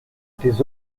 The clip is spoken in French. tes